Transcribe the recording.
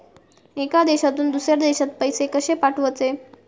एका देशातून दुसऱ्या देशात पैसे कशे पाठवचे?